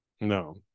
No